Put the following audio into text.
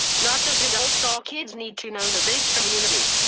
not just adults. all kids need to know the big community.